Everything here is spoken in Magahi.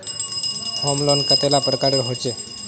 होम लोन कतेला प्रकारेर होचे?